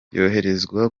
yoherezwa